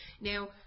Now